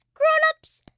grown-ups,